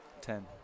Ten